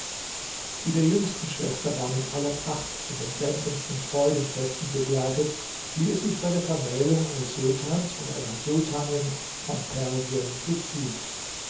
die der jüngsten schwester war mit aller pracht und den glänzendsten freudenfesten begleitet wie es sich bei der vermählung eines sultans und einer sultanin von persien geziemt